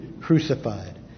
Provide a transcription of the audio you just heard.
crucified